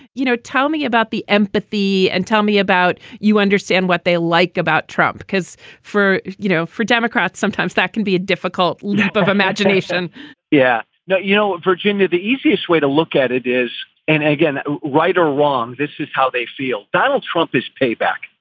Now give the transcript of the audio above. you know? tell me about the empathy and tell me about you understand what they like about trump, because for, you know, for democrats, sometimes that can be a difficult lack of imagination yeah. you know, virginia, the easiest way to look at it is and again, right or wrong, this is how they feel. donald trump is payback,